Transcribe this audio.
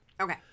Okay